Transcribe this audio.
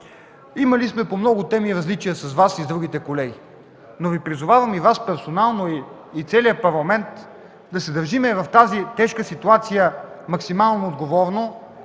теми сме имали различия с Вас и с другите колеги, но призовавам Вас – персонално, и целия Парламент да се държим в тази тежка ситуация максимално отговорно